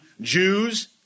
Jews